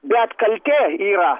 bet kaltė yra